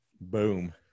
boom